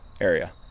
area